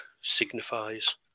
signifies